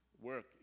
work